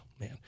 man